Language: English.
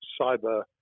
cyber